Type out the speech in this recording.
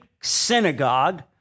synagogue